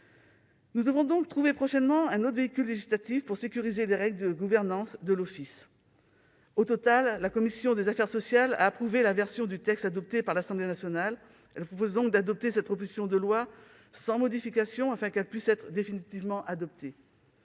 Nous devons donc trouver prochainement un autre véhicule législatif pour sécuriser les règles de gouvernance de l'Office. Finalement, la commission des affaires sociales a approuvé la version du texte adoptée par l'Assemblée nationale. Elle vous propose donc, mes chers collègues, de voter cette proposition de loi sans modification, afin qu'elle puisse être définitivement adoptée.